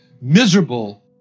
miserable